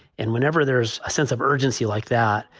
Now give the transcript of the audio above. and whenever there's a sense of urgency like that,